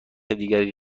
دیگری